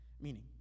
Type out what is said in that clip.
Meaning